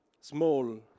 small